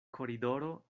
koridoro